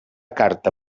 carta